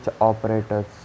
operators